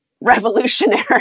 revolutionary